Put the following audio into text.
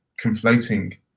conflating